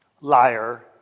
liar